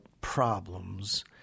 problems